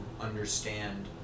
understand